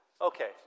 okay